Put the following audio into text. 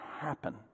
happen